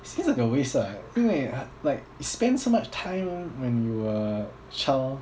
seems like a waste lah 因为 like spend so much time when you were child